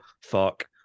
fuck